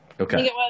Okay